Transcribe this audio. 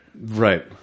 Right